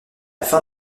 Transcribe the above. fin